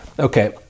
Okay